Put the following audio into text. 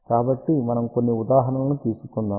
కాబట్టి మనం కొన్ని ఉదాహరణలను తీసుకుందాం